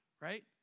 right